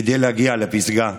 כדי להגיע לפסגה.